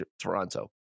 Toronto